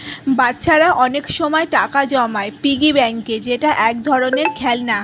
বাচ্চারা অনেক সময় টাকা জমায় পিগি ব্যাংকে যেটা এক ধরনের খেলনা